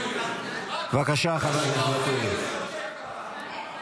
בבקשה, חבר הכנסת ואטורי.